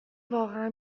واقعا